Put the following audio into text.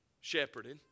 shepherding